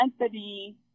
Anthony